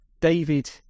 David